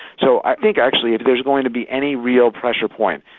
so i think actually if there's going to be any real pressure point,